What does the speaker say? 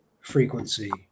frequency